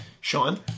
Sean